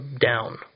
Down